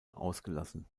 ausgelassen